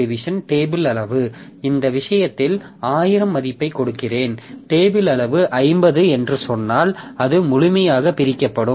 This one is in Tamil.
key டேபிள் அளவு இந்த விஷயத்தில் 1000 மதிப்பைக் கொடுக்கிறேன் டேபிள் அளவு 50 என்று சொன்னால் அது முழுமையாகப் பிரிக்கப்படும்